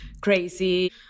crazy